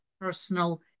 personal